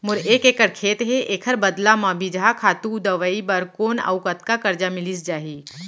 मोर एक एक्कड़ खेत हे, एखर बदला म बीजहा, खातू, दवई बर कोन अऊ कतका करजा मिलिस जाही?